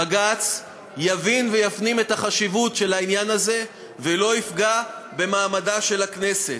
בג"ץ יבין ויפנים את החשיבות של העניין הזה ולא יפגע במעמדה של הכנסת.